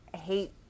hate